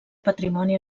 patrimoni